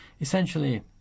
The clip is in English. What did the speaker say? essentially